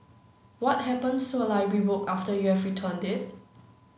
what happens to a library book after you have returned it